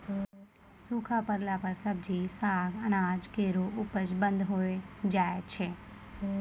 सूखा परला पर सब्जी, साग, अनाज केरो उपज बंद होय जाय छै